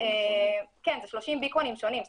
אבל אלה 30 ביקונים שונים.